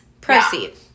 Proceed